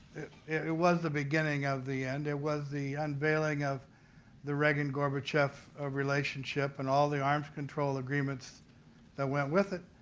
it was the beginning of the end. it was the unveiling of the reagangorbachev relationship and all the arms control agreements that went with it.